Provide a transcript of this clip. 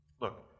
Look